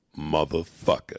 Motherfucker